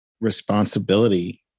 responsibility